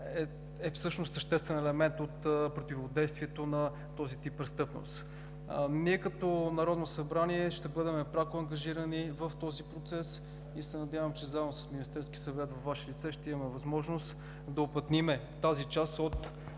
всъщност е същественият елемент при противодействието на този вид престъпност. Ние като Народно събрание ще бъдем пряко ангажирани в процеса. Надявам се, че заедно с Министерския съвет във Ваше лице ще имаме възможност да уплътним недостига